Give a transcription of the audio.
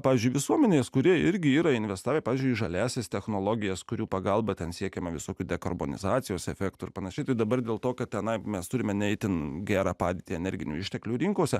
pavyzdžiui visuomenės kurie irgi yra investavę pavyzdžiui žaliąsias technologijas kurių pagalba ten siekiama visokių dekarbonizacijos efektų ir pan tai dabar dėl to kad tenai mes turime ne itin gerą padėtį energinių išteklių rinkose